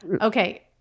Okay